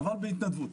אבל בהתנדבות.